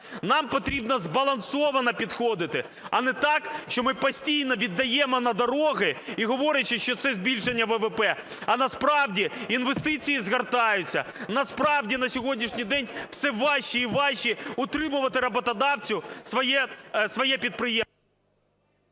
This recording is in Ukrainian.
Нам потрібно збалансовано підходити, а не так, що ми постійно віддаємо на дороги, говорячи, що це збільшення ВВП. А насправді інвестиції згортаються, насправді на сьогоднішній день все важче і важче утримувати роботодавцю своє підприємство.